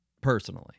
personally